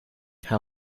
how